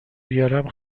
بیارم